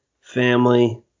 family